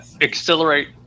accelerate